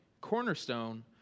Cornerstone